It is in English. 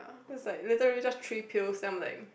so is like literally just three pills then I'm like